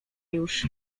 już